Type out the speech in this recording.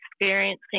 experiencing